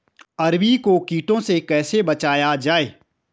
अरबी को कीटों से कैसे बचाया जाए?